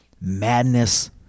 madness